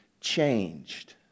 changed